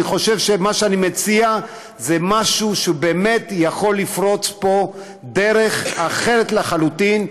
אני חושב שמה שאני מציע זה משהו שבאמת יכול לפרוץ פה דרך אחרת לחלוטין,